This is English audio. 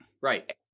Right